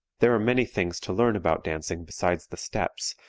there are many things to learn about dancing besides the steps,